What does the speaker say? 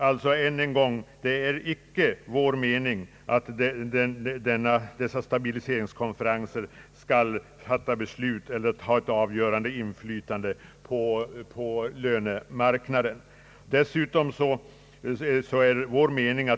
Än en gång vill jag ha sagt att det icke är vår mening att dessa stabiliseringskonferenser skall fatta beslut eller ha eit avgörande inflytande på lönemarknaden.